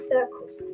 Circles